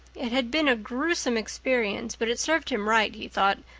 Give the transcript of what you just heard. it had been a gruesome experience, but it served him right, he thought,